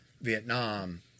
vietnam